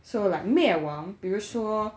so like 灭亡比如说